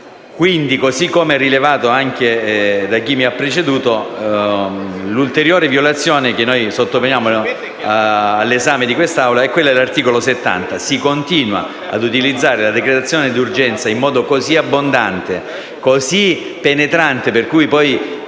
eloquente. Come rilevato anche da chi mi ha preceduto, l'ulteriore violazione che noi sottoponiamo all'esame di quest'Assemblea è quella dell'articolo 70. Si continua a utilizzare la decretazione d'urgenza in modo così abbondante e penetrante che le